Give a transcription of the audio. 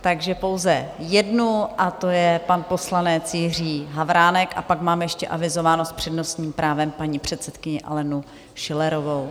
Takže pouze jednu, a to je pan poslanec Jiří Havránek, a pak mám ještě avizovánu s přednostním právem paní předsedkyni Alenu Schillerovou.